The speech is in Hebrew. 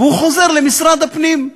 והוא חוזר למשרד הפנים.